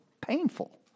painful